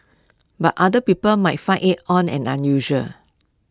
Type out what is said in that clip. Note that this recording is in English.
but other people might find IT odd and unusual